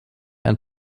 ein